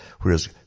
whereas